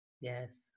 Yes